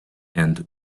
and